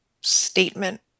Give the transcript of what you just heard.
statement